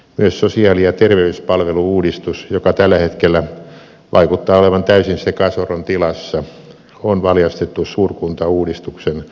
myös sosiaali ja terveyspalvelu uudistus joka tällä hetkellä vaikuttaa olevan täysin sekasorron tilassa on valjastettu suurkuntauudistuksen toteuttamiseen